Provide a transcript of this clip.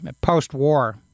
post-war